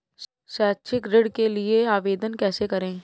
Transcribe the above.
शैक्षिक ऋण के लिए आवेदन कैसे करें?